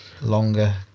longer